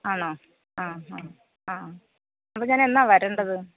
ആണോ ആ ആ ആ അപ്പം ഞാനെന്നാണ് വരണ്ടത്